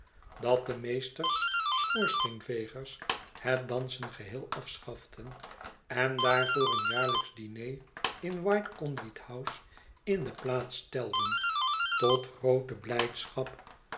dat de meesters schoorsteenvegers het dansen geheel afschaften en daarvoor een jaarlijksch diner in white conduithouse in de jvlaats stelden tot groote bujdschap